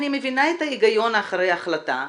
אני מבינה את ההיגיון מאחורי ההחלטה,